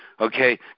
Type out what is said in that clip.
okay